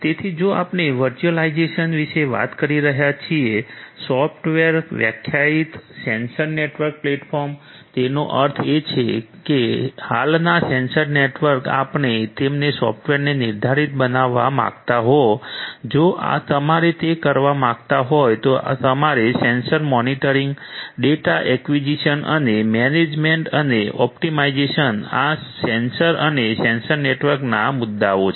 તેથી જો આપણે વર્ચ્યુઅલાઈઝેશન વિશે વાત કરી રહ્યા છીએ સોફ્ટવેર વ્યાખ્યાયિત અથવા નિર્ધારિત સેન્સર નેટવર્ક પ્લેટફોર્મ તેનો અર્થ એ કે હાલના સેન્સર નેટવર્ક આપણે તેમને સોફટવેરને નિર્ધારિત બનાવવા માંગતા હો જો તમારે તે કરવા માંગતા હોય તો તમારે સેન્સર મોનિટરિંગ ડેટા એક્વિઝિશન અને મેનેજમેન્ટ અને ઓપ્ટિમાઇઝેશન આ સેન્સર અને સેન્સર નેટવર્કના ના મુદ્દાઓ છે